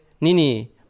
Nini